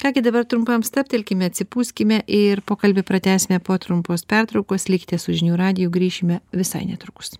ką gi dabar trumpam stabtelkim atsipūskime ir pokalbį pratęsime po trumpos pertraukos likite su žinių radiju grįšime visai netrukus